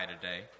today